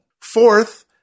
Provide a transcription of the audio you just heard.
Fourth